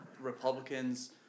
Republicans